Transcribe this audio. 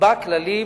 תקבע כללים